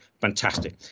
fantastic